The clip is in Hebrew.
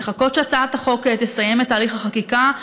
לחכות שהצעת החוק תסיים את תהליך החקיקה,